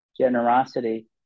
generosity